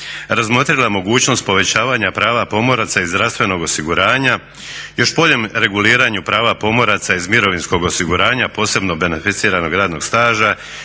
razmotrila mogućnost povećavanja prava pomoraca i zdravstvenog osiguranja, još boljem reguliranju prava pomoraca iz mirovinskog osiguranja, posebno beneficiranog radnog staža,